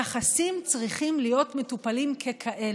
יחסים צריכים להיות מטופלים ככאלה.